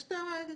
יש את התגובה.